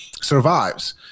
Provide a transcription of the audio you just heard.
survives